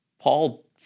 Paul